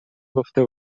گفته